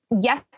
yes